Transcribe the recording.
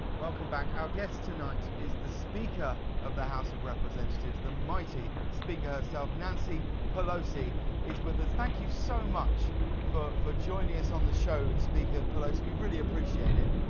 welcome back. our guest tonight is the speaker of the house of representatives, the mighty figure herself nancy pelosi is with us. thank you so much for for joining us on the show, speaker pelosi, really appreciate it.